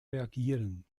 reagieren